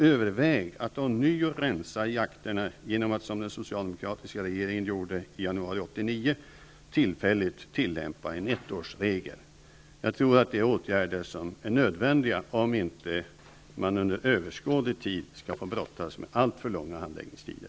Överväg att ånyo rensa i akterna genom att, som den socialdemokratiska regeringen gjorde i januari 1989, tillfälligt tillämpa en ettårsregel. Det är åtgärder som är nödvändiga om man inte under överskådlig tid skall få brottas med alltför långa handläggningstider.